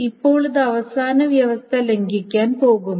ഇപ്പോൾ ഇത് അവസാന വ്യവസ്ഥ ലംഘിക്കാൻ പോകുന്നു